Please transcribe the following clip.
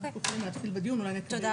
אנחנו יכולים להתחיל בדיון, אולי לקבל